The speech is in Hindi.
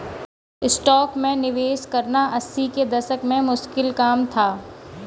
स्टॉक्स में निवेश करना अस्सी के दशक में मुश्किल काम था